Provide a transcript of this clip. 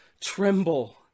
tremble